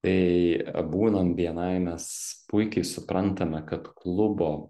tai būnant bni mes puikiai suprantame kad klubo